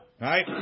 Right